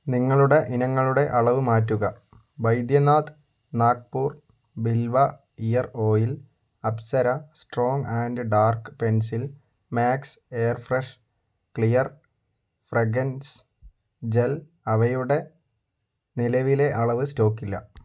നിങ്ങളുടെ ഇനങ്ങളുടെ അളവ് മാറ്റുക Baidyanath Nagpur Bilva ear oil Apsara strong and dark pencil max air fresh clear fragrance gel അവയുടെ നിലവിലെ അളവ് സ്റ്റോക്കില്ല